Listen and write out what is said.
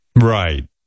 right